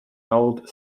old